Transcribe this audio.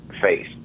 face